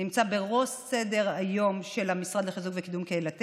נמצא בראש סדר-היום של המשרד לחיזוק וקידום קהילתי.